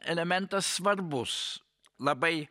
elementas svarbus labai